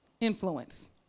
influence